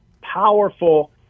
powerful